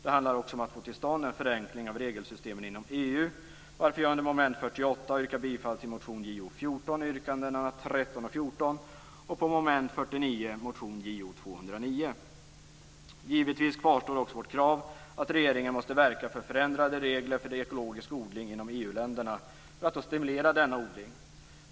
Det handlar också om att få till stånd en förenkling av regelsystemen inom EU, varför jag under mom. 48 Givetvis kvarstår också vårt krav att regeringen måste verka för förändrade regler för ekologisk odling inom EU-länderna för att stimulera denna odling.